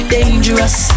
Dangerous